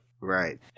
right